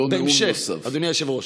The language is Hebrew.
בהמשך, אדוני היושב-ראש.